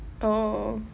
oh